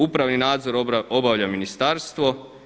Upravni nadzor obavlja ministarstvo.